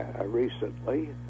recently